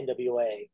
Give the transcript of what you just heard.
NWA